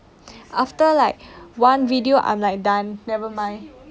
after like one video I'm like done never mind